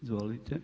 Izvolite.